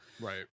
Right